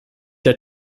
der